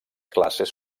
classes